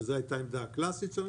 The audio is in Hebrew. שזו הייתה העמדה הקלאסית שלנו,